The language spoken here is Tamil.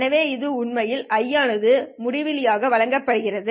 எனவே இது உண்மையில் Ith ஆனது முடிவிலியால் வழங்கப்படுகிறது